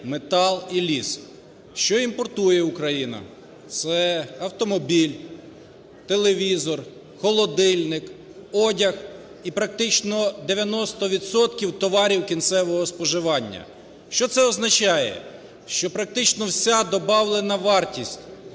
метал і ліс. Що імпортує Україна? Це автомобіль, телевізор, холодильник, одяг і практично 90 відсотків товарів кінцевого споживання. Що це означає? Що практично вся добавлена вартість